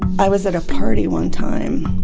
i was at a party one time,